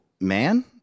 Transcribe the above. man